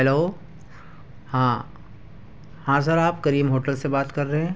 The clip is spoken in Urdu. ہیلو ہاں ہاں سر آپ کریم ہوٹل سے بات کر رہے ہیں